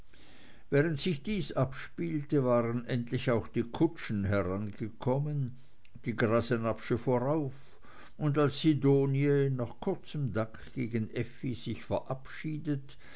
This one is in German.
während sich dies abspielte waren endlich auch die kutschen herangekommen die grasenabbsche vorauf und als sidonie nach kurzem dank gegen effi sich verabschiedet